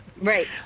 Right